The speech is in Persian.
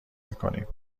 میکنیم